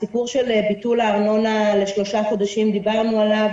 הסיפור של ביטול הארנונה לשלושה חודשים דיברנו עליו,